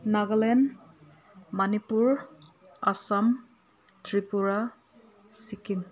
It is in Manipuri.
ꯅꯥꯒꯥꯂꯦꯟ ꯃꯅꯤꯄꯨꯔ ꯑꯁꯥꯝ ꯇ꯭ꯔꯤꯄꯨꯔꯥ ꯁꯤꯀꯤꯝ